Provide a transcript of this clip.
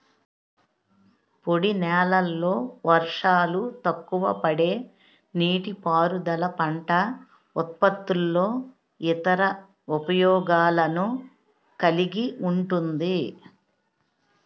పొడినేలల్లో వర్షాలు తక్కువపడే నీటిపారుదల పంట ఉత్పత్తుల్లో ఇతర ఉపయోగాలను కలిగి ఉంటుంది